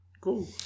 Cool